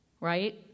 right